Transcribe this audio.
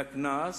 והקנס